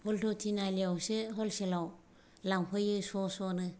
हल्थु थिनालियावसो हलसेलाव लांफैयो स' स' नो